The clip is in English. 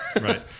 right